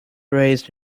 raised